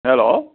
hello